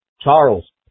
Charles